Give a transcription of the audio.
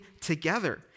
together